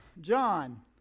John